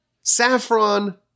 Saffron